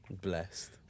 blessed